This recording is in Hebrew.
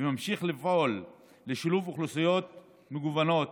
ונמשיך לפעול לשילוב אוכלוסיות מגוונות